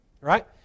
Right